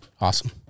Awesome